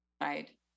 right